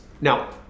Now